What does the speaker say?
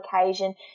occasion